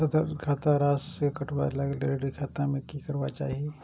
खाता स राशि कटवा कै लेल ऋण खाता में की करवा चाही?